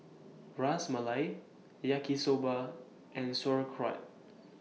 Ras Malai Yaki Soba and Sauerkraut